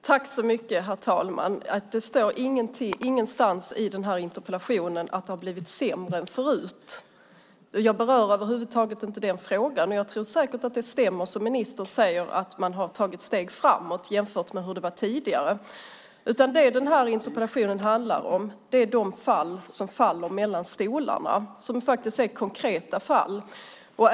Herr talman! Det står ingenstans i interpellationen att det skulle ha blivit sämre än förut. Jag berör över huvud taget inte den frågan. Jag tror säkert att det som ministern säger stämmer, att man har tagit steg framåt jämfört med hur det var tidigare. Det som den här interpellationen handlar om är de konkreta ärenden som faller mellan stolarna.